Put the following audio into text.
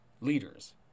leaders